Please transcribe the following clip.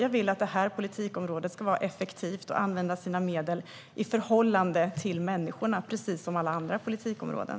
Jag vill att detta politikområde ska vara effektivt och använda sina medel i förhållande till människorna, precis som alla andra politikområden.